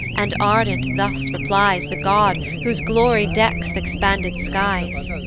and ardent thus replies the god, whose glory decks th' expanded skies.